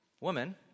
Woman